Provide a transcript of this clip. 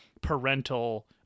parental